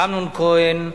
אמנון כהן,